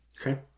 Okay